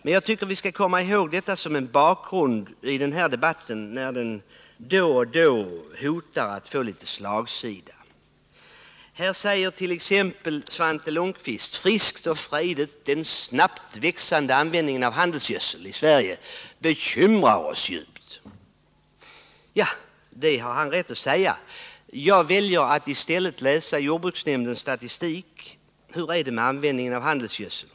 Men vi skall komma ihåg detta som en 61 bakgrund i denna debatt, när den då och då hotar att få slagsida. Svante Lundkvist sade friskt och frejdigt att den snabbt växande användningen av handelsgödsel i Sverige bekymrar oss djupt. Jag väljer att i stället läsa jordbruksnämndens statistik. Hur är det med användningen av handelsgödsel?